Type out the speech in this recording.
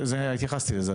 התייחסתי לזה.